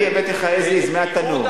אני הבאתי לך as is, מהתנור.